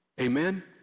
Amen